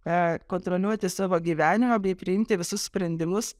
a kontroliuoti savo gyvenimą bei priimti visus sprendimus